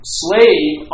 slave